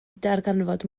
darganfod